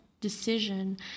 decision